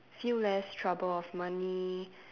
feel less trouble of money